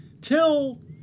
Till